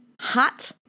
hot